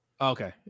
Okay